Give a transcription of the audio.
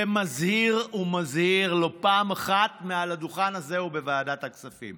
ומזהיר ומזהיר לא פעם אחת מעל הדוכן הזה ובוועדת הכספים: